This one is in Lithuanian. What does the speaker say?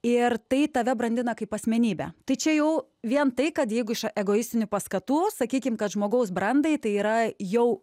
ir tai tave brandina kaip asmenybę tai čia jau vien tai kad jeigu iš egoistinių paskatų sakykim kad žmogaus brandai tai yra jau